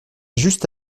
juste